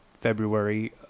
February